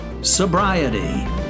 Sobriety